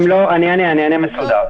יכולת התחזוקה של המערכות והמשך הרציפות שלהן,